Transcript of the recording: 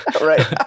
Right